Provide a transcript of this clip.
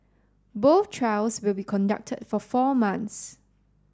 both trials will be conducted for four months